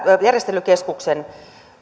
järjestelykeskuksen